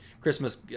Christmas